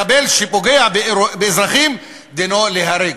מחבל שפוגע באזרחים דינו ליהרג.